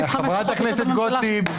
חבר הכנסת הרצנו,